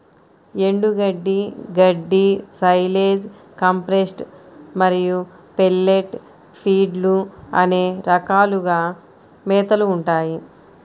ఎండుగడ్డి, గడ్డి, silage, compressed మరియు పెల్లెట్ ఫీడ్లు అనే రకాలుగా మేతలు ఉంటాయి